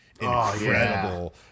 Incredible